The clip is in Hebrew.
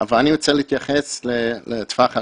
אבל אני רוצה להתייחס לטווח הקצר.